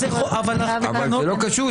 אבל זה לא קשור.